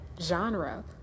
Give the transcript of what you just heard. genre